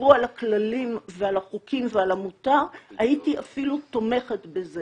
שעברו על הכללים ועל החוקים ועל המותר הייתי אפילו תומכת בזה.